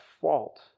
fault